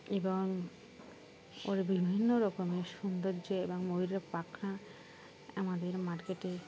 এবং ওরা বিভিন্ন রকমের সৌন্দর্য এবং ময়ূরের পাখা আমাদের মার্কেটে